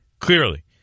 Clearly